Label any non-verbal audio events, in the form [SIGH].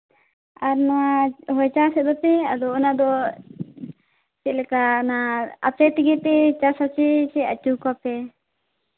ᱟᱨ ᱱᱚᱣᱟ [UNINTELLIGIBLE] ᱚᱱᱟ ᱫᱚ ᱪᱮᱫ ᱞᱮᱠᱟ ᱟᱯᱮ ᱛᱮᱜᱮ ᱯᱮ ᱪᱟᱥ ᱟᱥᱮ ᱟᱹᱪᱩ ᱠᱚᱣᱟᱯᱮ